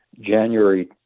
January